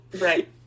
right